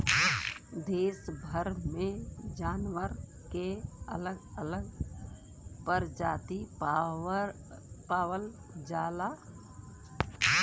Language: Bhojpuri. देस भर में हर जानवर के अलग अलग परजाती पावल जाला